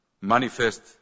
manifest